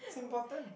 it's important